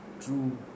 true